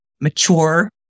mature